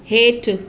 हेठि